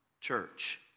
church